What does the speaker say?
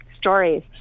stories